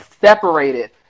separated